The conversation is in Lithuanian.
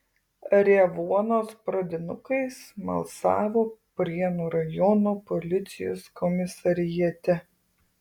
revuonos pradinukai smalsavo prienų rajono policijos komisariate